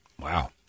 Wow